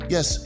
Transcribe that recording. Yes